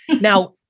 Now